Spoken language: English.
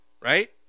right